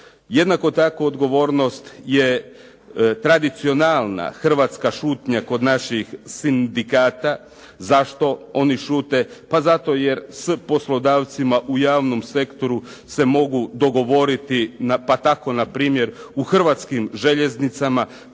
Jednaku takvu odgovornost je tradicionalna hrvatska šutnja kod naših sindikata. Zašto oni šute? Pa zato jer s poslodavcima u javnom sektoru se mogu dogovoriti, pa tako npr. u Hrvatskim željeznicama